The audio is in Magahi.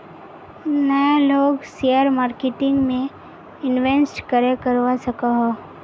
नय लोग शेयर मार्केटिंग में इंवेस्ट करे करवा सकोहो?